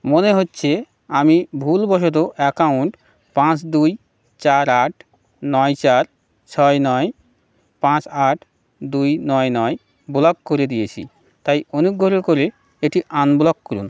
মনে হচ্ছে আমি ভুলবশত অ্যাকাউন্ট পাঁচ দুই চার আট নয় চার ছয় নয় পাঁচ আট দুই নয় নয় ব্লক করে দিয়েছি তাই অনুগ্রহ করে এটি আনব্লক করুন